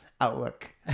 outlook